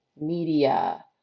media